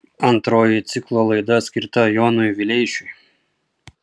antroji ciklo laida skirta jonui vileišiui